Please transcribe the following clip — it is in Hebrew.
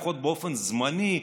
לפחות באופן זמני,